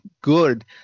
good